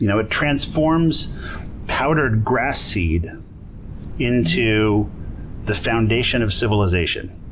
you know it transforms powdered grass seed into the foundation of civilization.